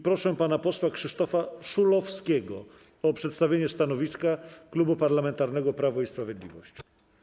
Proszę pana posła Krzysztofa Szulowskiego o przedstawienie stanowiska Klubu Parlamentarnego Prawo i Sprawiedliwość.